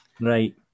right